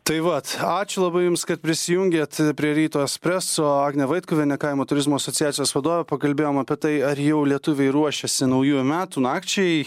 tai va ačiū labai jums kad prisijungėt prie ryto espreso agnė vaitkuvienė kaimo turizmo asociacijos vadovė pakalbėjom apie tai ar jau lietuviai ruošiasi naujųjų metų nakčiai